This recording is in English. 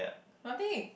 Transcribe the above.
nothing